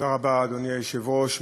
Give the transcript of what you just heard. אדוני היושב-ראש,